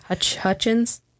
Hutchins